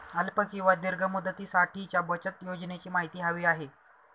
अल्प किंवा दीर्घ मुदतीसाठीच्या बचत योजनेची माहिती हवी आहे